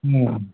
ହଁ